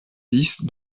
dix